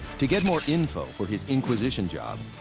to get more info for his inquisition job,